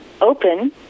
open